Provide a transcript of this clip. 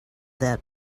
that